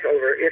over